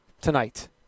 tonight